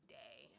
day